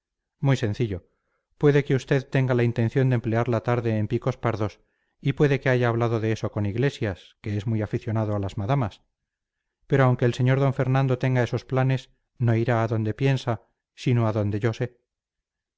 muy sencillo puede que usted tenga la intención de emplear la tarde en picos pardos y puede que haya hablado de eso con iglesias que es muy aficionado a las madamas pero aunque el sr d fernando tenga esos planes no irá a donde piensa sino a donde yo sé